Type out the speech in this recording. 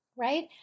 right